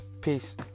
Peace